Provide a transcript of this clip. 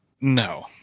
No